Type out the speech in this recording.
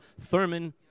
Thurman